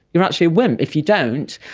you're actually a wimp if you don't.